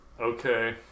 Okay